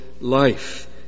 life